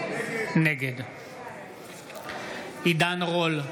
נגד עידן רול,